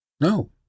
No